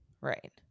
Right